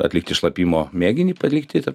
atlikti šlapimo mėginį palikti tą